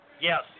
Yes